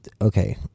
okay